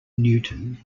newton